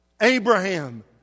Abraham